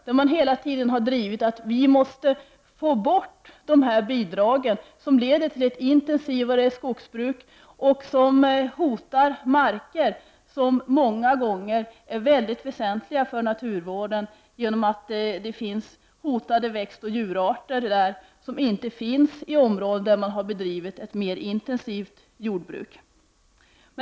Man har hela tiden drivit på för att få bort dessa bidrag som leder till ett intensivare skogsbruk och som hotar marker som många gånger är mycket väsentliga för naturvården genom att det där finns hotade växtoch djurarter som inte finns i områden där man har bedrivit ett mer intensivt jordbruk.